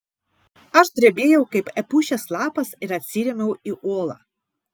aš drebėjau kaip epušės lapas ir atsirėmiau į uolą